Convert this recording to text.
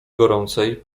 gorącej